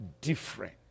different